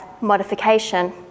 modification